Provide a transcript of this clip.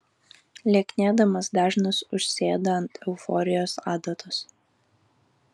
lieknėdamas dažnas užsėda ant euforijos adatos